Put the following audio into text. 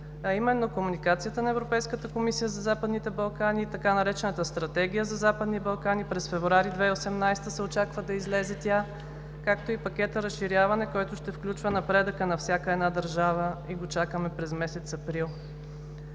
а именно комуникацията на Европейската комисия за Западните Балкани и така наречената „Стратегия за Западни Балкани“. Очаква се да излезе през месец февруари 2018 г., както и пакета „Разширяване“, който ще включва напредъка на всяка една държава и го чакаме през месец април.